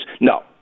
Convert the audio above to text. No